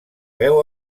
veu